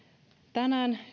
tänään